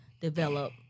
develop